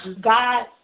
God